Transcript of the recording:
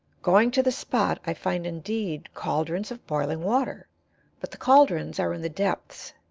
going to the spot i find, indeed, caldrons of boiling water but the caldrons are in the depths.